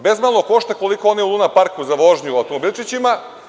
Bezmalo košta koliko i onaj u luna parku za vožnju u automobilčićima.